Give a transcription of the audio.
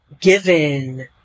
given